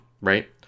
right